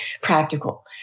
practical